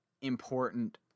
important